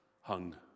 hung